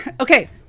Okay